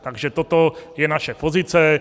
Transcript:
Takže toto je naše pozice.